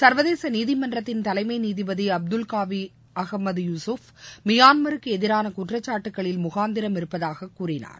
சர்வதேசநீதிமன்றத்தின் தலைமைநீதிபதிஅப்துல்காவிஅகமது யூசுப் மியான்மருக்குஎதிரானகுற்றச்சாட்டுக்களில் முகாந்திரம் இருப்பதாககூறினார்